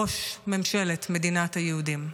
ראש ממשלת מדינת היהודים.